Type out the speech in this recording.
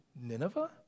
Nineveh